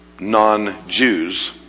non-Jews